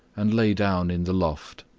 and lay down in the loft.